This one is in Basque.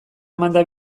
emanda